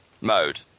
mode